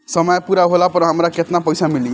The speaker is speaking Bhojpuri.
समय पूरा होला पर हमरा केतना पइसा मिली?